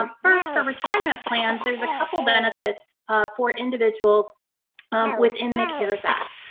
um first, for retirement plans, there's a couple benefits for individuals within the cares act.